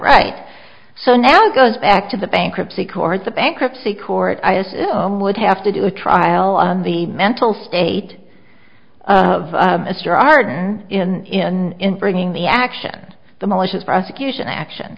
right so now goes back to the bankruptcy court the bankruptcy court i assume would have to do a trial on the mental state of mr arden in bringing the action the malicious prosecution action